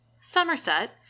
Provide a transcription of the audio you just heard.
Somerset